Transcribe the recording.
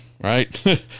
right